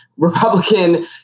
Republican